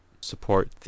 support